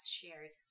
shared